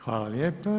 Hvala lijepo.